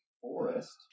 forest